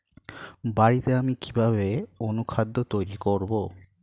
বাড়িতে আমি কিভাবে অনুখাদ্য তৈরি করব?